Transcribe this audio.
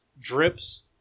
drips